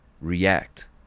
react